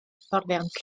hyfforddiant